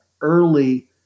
early